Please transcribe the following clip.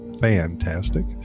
fantastic